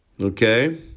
Okay